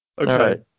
Okay